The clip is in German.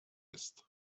ist